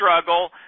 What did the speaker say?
struggle